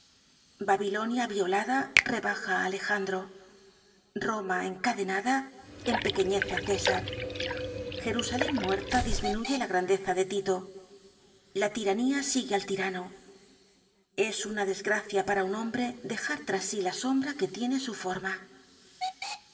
babilonia violada rebaja á alejandro roma encadenada empequeñece á césar jerusalen muerta disminuye la grandeza de tito la tiranía sigue al tirano es una desgracia para un hombre dejar tras sí la sombra que tiene su forma